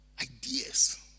Ideas